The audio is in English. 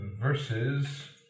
versus